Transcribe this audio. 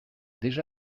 déjà